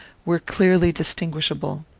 were clearly distinguishable.